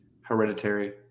Hereditary